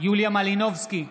יוליה מלינובסקי,